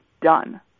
done